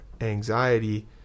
anxiety